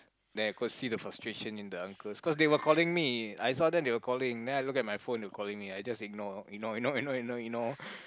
then I could see the frustrations in the uncles because they were calling me I saw them they were calling then I look at my phone they calling me I just ignore ignore ignore ignore ignore ignore